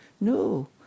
No